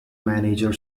manager